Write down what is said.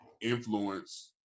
influence